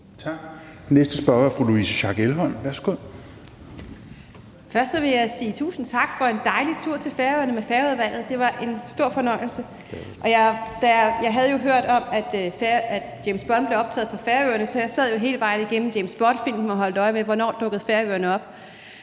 Værsgo. Kl. 21:43 Louise Schack Elholm (V): Først vil jeg sige tusind tak for en dejlig tur til Færøerne med Færøudvalget. Det var en stor fornøjelse. Jeg havde jo hørt om, at James Bond blev optaget på Færøerne, så jeg sad jo hele vejen igennem James Bond-filmen og holdt øje med, hvornår Færøerne dukkede op.